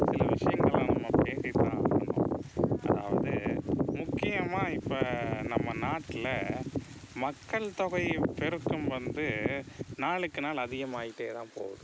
சில விஷயங்கள நம்ம பேசி தான் அதாவது முக்கியமாக இப்போ நம்ம நாட்டில் மக்கள்தொகைப் பெருக்கம் வந்து நாளுக்கு நாள் அதிகமாகிட்டே தான் போகுது